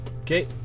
Okay